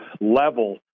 level